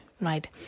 right